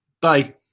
Bye